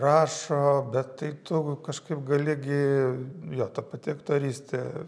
rašo bet tai tu kažkaip gali gi jo ta pati aktorystė